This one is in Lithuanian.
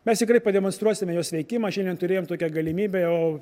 mes tikrai pademonstruosime jos veikimą šiandien turėjom tokią galimybę jau